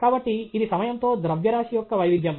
కాబట్టి ఇది సమయంతో ద్రవ్యరాశి యొక్క వైవిధ్యం